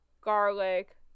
garlic